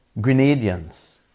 Grenadians